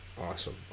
Awesome